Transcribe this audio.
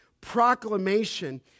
proclamation